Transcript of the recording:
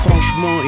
Franchement